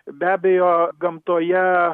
be abejo gamtoje